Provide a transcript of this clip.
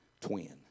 twin